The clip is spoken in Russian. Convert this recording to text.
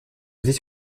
здесь